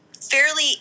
fairly